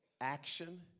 action